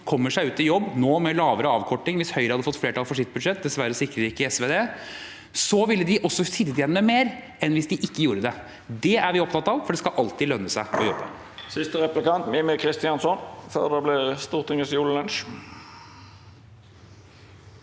kommer seg ut i jobb – nå med lavere avkorting hvis Høyre hadde fått flertall for sitt budsjett; dessverre sikrer ikke SV det – vil sitte igjen med mer enn hvis vedkommende ikke gjør det. Det er vi opptatt av, for det skal alltid lønne seg å jobbe.